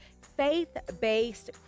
faith-based